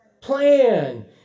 plan